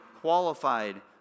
qualified